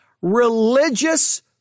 religious